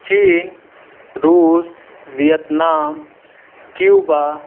چین روس Vietnam Cuba